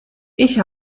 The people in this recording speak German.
ich